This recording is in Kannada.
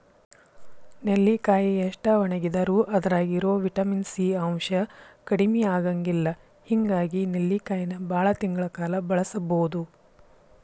ನೆಲ್ಲಿಕಾಯಿ ಎಷ್ಟ ಒಣಗಿದರೂ ಅದ್ರಾಗಿರೋ ವಿಟಮಿನ್ ಸಿ ಅಂಶ ಕಡಿಮಿ ಆಗಂಗಿಲ್ಲ ಹಿಂಗಾಗಿ ನೆಲ್ಲಿಕಾಯಿನ ಬಾಳ ತಿಂಗಳ ಕಾಲ ಬಳಸಬೋದು